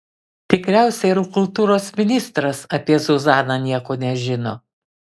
tikriausiai ir kultūros ministras apie zuzaną nieko nežino